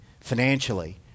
financially